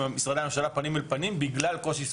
משרדי הממשלה פנים אל פנים בגלל קושי שפתי.